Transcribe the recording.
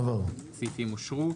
הצבעה אושר.